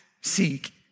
seek